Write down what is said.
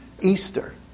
Easter